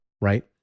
right